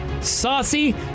Saucy